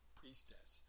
priestess